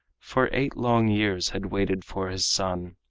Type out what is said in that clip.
for eight long years had waited for his son.